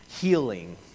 healing